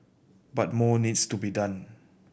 but more needs to be done